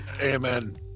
Amen